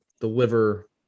deliver